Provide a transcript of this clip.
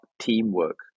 teamwork